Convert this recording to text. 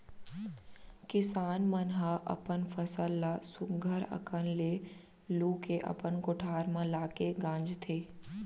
किसान मन ह अपन फसल ल सुग्घर अकन ले लू के अपन कोठार म लाके गांजथें